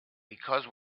because